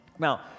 Now